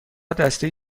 دستهای